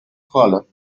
scholar